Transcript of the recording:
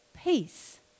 peace